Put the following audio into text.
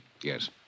Yes